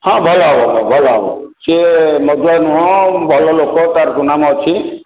ହଁ ଭଲ ହେବ ଭଲ ହେବ ସେ ମଦୁଆ ନୁହଁ ଭଲ ଲୋକ ତା'ର ସୁନାମ ଅଛି